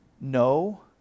no